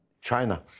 China